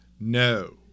No